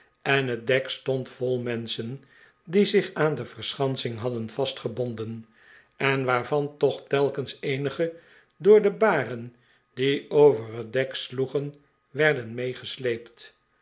en het dek stond vol menschen die zich aan de verschansing hadden vastgebonden en waarvan toch telkens eenigen door de baren die over het dek sloegen werden meegesleept